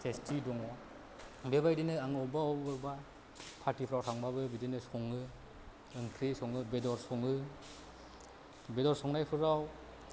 टेस्टि दङ बेबायदिनो आङो अबेबा अबेबा पार्टिफ्राव थांब्लाबो बिदिनो सङो ओंख्रि सङो बेदर सङो बेदर संनायफोराव